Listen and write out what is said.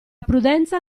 prudenza